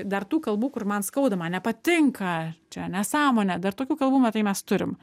dar tų kalbų kur man skauda man nepatinka čia nesąmonė dar tokių kalbų matai mes turim